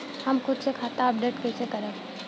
हम खुद से खाता अपडेट कइसे करब?